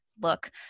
look